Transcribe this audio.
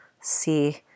see